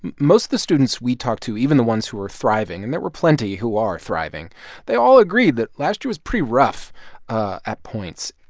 most of the students we talked to, even the ones who were thriving and there were plenty who are thriving they all agreed that last year was pretty rough at points.